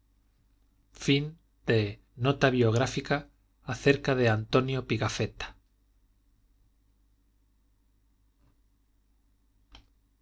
nota biográfica acerca de antonio pigafetta